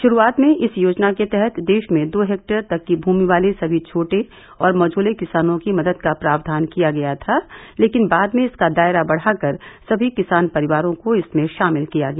शुरूआत में इस योजना के तहत देश में दो हेक्टेयर तक की भूमि वाले सभी छोटे और मझोले किसानों की मदद का प्रावधान किया गया था लेकिन बाद में इसका दायरा बढ़ाकर सभी किसान परिवारों को इसमें शामिल किया गया